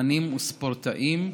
אומנים וספורטאים,